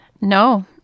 No